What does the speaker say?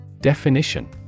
Definition